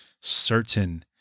certain